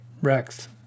Rex